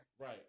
Right